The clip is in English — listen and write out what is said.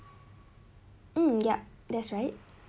um yup that's right